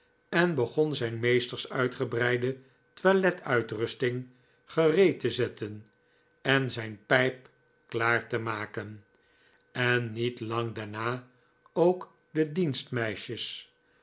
en begon zijn meesters uitgebreide toilet uitrusting gereed te zetten en zijn pijp klaar te maken en niet lang daarna ook de